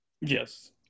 yes